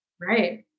right